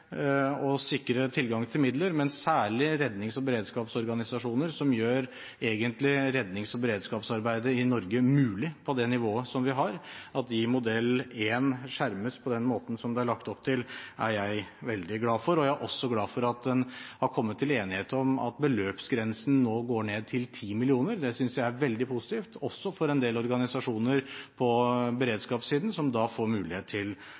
å sikre tilgang til midler. Jeg er veldig glad for at særlig rednings- og beredskapsorganisasjoner, som egentlig gjør rednings- og beredskapsarbeidet i Norge mulig på det nivået som vi har, i modell 1 skjermes på den måten som det er lagt opp til. Jeg er også glad for at en har kommet til enighet om at beløpsgrensen nå går ned til 10 mill. kr. Det synes jeg er veldig positivt, også for en del organisasjoner på beredskapssiden, som da får mulighet til